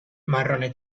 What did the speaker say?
marrone